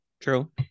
true